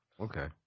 Okay